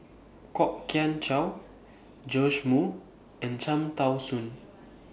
Kwok Kian Chow Joash Moo and Cham Tao Soon